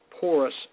porous